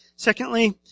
Secondly